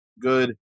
good